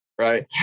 Right